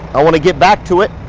i wanna get back to it.